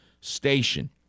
Station